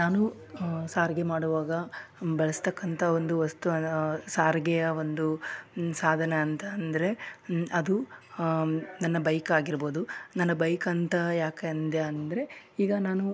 ನಾನು ಸಾರಿಗೆ ಮಾಡುವಾಗ ಬಳಸತಕ್ಕಂಥ ಒಂದು ವಸ್ತು ಸಾರಿಗೆಯ ಒಂದು ಸಾಧನ ಅಂತಂದರೆ ಅದು ನನ್ನ ಬೈಕ್ ಆಗಿರ್ಬೋದು ನನ್ನ ಬೈಕ್ ಅಂತ ಯಾಕೆ ಅಂದೆ ಅಂದರೆ ಈಗ ನಾನು